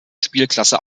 spielklasse